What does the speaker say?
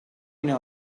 know